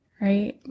right